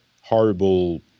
horrible